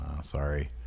Sorry